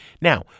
now